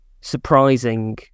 surprising